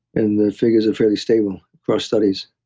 and the figures are fairly stable across studies,